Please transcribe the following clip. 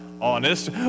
honest